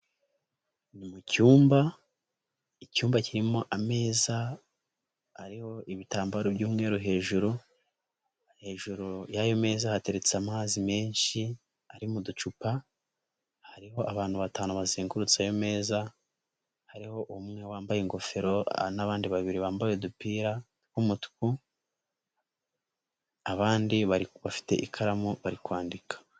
Ni mu cyumba icyumba kirimo ameza ariho ibitambaro by'umweru hejuru, hejuru y'ayo meza hateretse amazi menshi ari mu ducupa, hariho abantu batanu bazengurutse ayo meza, hariho umwe wambaye ingofero n'abandi babiri bambaye udupira tw'umutuku abandi bafite ikaramu bari kwandika.